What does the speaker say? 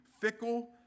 fickle